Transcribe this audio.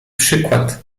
przykład